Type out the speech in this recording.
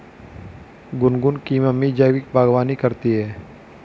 गुनगुन की मम्मी जैविक बागवानी करती है